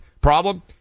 Problem